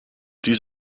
dies